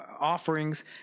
offerings